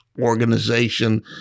organization